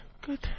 good